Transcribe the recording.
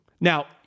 Now